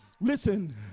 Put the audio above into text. listen